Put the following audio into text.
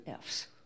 Fs